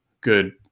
good